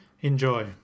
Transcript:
Enjoy